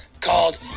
called